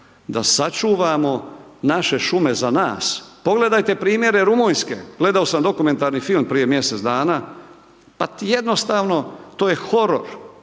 da sačuvamo naše šume za nas. Pogledajte primjere Rumunjske, gledao sam dokumentarni film prije mjesec dana, pa jednostavno to je horor.